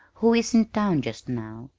who is in town just now,